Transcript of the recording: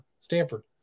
Stanford